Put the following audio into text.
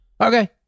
okay